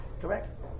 Correct